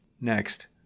Next